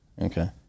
okay